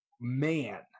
man